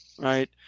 Right